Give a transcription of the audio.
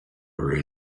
were